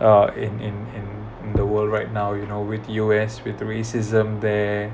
uh in in in in the world right now you know with U_S with racism there